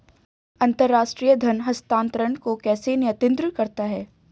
अंतर्राष्ट्रीय धन हस्तांतरण को कौन नियंत्रित करता है?